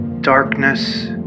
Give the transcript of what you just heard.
darkness